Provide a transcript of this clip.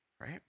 right